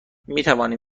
میتوانیم